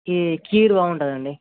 ఈ కీర్ బాగుంటుంది అండి